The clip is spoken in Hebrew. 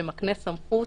שמקנה סמכות